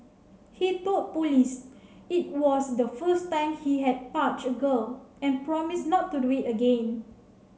he told police it was the first time he had touched a girl and promised not to do it again